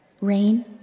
Rain